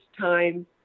time